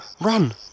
Run